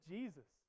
Jesus